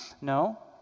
No